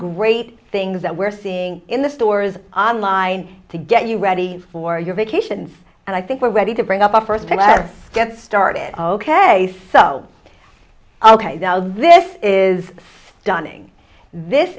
great things that we're seeing in the stores on line to get you ready for your vacations and i think we're ready to bring up a first class get started ok so ok this is dunning this